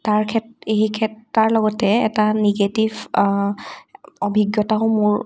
তাৰ খেত এই খেত তাৰ লগতে এটা নিগেটিভ অভিজ্ঞতাও মোৰ